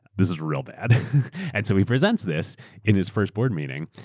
this is real bad and so he presents this in his first board meeting.